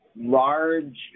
large